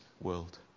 world